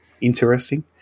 interesting